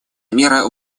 мера